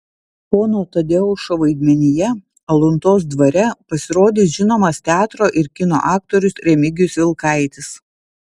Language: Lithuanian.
pono tadeušo vaidmenyje aluntos dvare pasirodys žinomas teatro ir kino aktorius remigijus vilkaitis